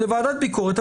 לוועדת ביקורת,